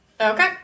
Okay